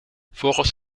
volgens